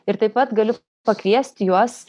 ir taip pat galiu pakviesti juos